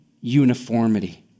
uniformity